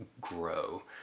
grow